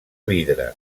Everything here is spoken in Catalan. vidre